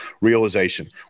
realization